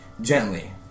gently